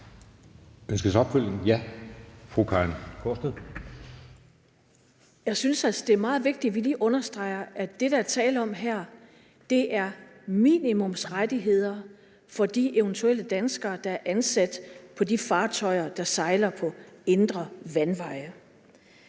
Kl. 13:38 Karin Gaardsted (S): Jeg synes altså, det er meget vigtigt, at vi lige understreger, at det, der er tale om her, er minimumsrettigheder for de eventuelle danskere, der er ansat på de fartøjer, der sejler på indre vandveje.